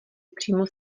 přímo